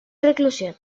reclusión